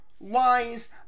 Lies